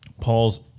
Paul's